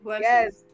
Yes